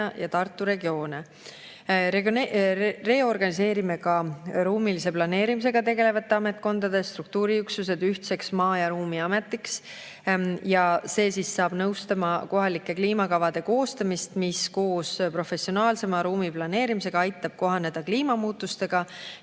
ja Tartu regioone. Reorganiseerime ka ruumilise planeerimisega tegelevate ametkondade struktuuriüksused ühtseks maa‑ ja ruumiametiks. See hakkab nõustama kohalike kliimakavade koostamist, mis koos professionaalsema ruumiplaneerimisega aitab kohaneda kliimamuutustega,